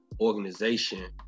organization